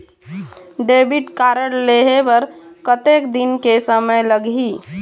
Debit card लेहे बर कतेक दिन के समय लगही?